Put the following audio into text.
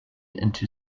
into